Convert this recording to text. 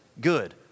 good